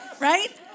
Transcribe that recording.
right